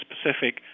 specific